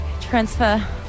Transfer